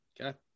okay